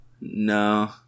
No